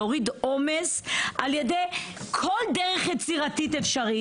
מורידים עומס על ידי כל דרך יצירתית אפשרית.